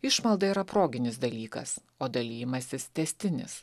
išmalda yra proginis dalykas o dalijimasis tęstinis